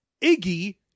Iggy